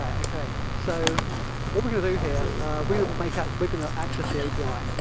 i mean so what we're going to do here we're um like ah but going to access the api.